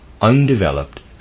undeveloped